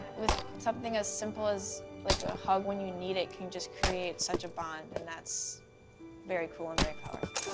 with something as simple as like a hug when you need it can just create such a bond, and that's very cool and very powerful.